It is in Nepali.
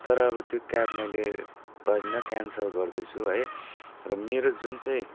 तर अब त्यो क्याब मैले पर्दैन क्यान्सल गर्दैछु है र मेरो जुन चाहिँ